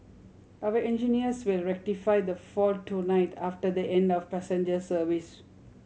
our engineers will rectify the fault tonight after the end of passenger service